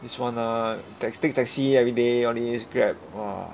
this one ah tax~ take taxi everyday all these grab !wah!